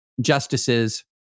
justices